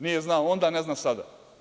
Nije znao onda, ne zna ni sada?